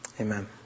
Amen